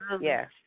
yes